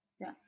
Yes